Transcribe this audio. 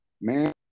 man